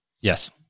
Yes